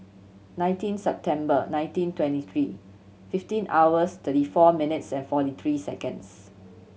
nineteen September nineteen twenty three fifteen hours thirty four minutes and forty three seconds